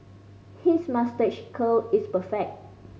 his moustache curl is perfect